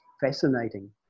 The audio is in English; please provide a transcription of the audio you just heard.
fascinating